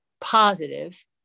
positive